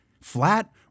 Flat